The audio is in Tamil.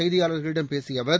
செய்தியாளர்களிடம் பேசிய அவர்